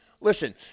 listen